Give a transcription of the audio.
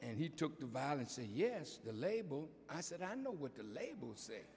and he took the violence a yes the label i said i know what the label